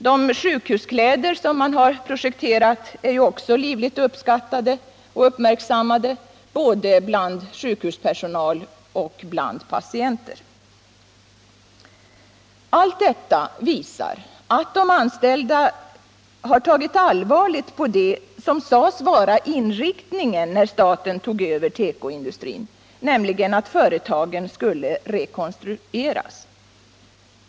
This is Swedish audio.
De sjukhuskläder som man har projekterat är också livligt uppskattade och uppmärksammade bland både sjukhuspersonal och patienter. Allt detta visar att de anställda tagit allvarligt på det som sades vara inriktningen när staten tog över tekoindustrin, nämligen att företagen skulle rekonstrueras.